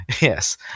Yes